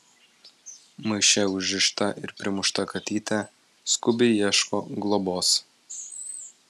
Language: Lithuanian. maiše užrišta ir primušta katytė skubiai ieško globos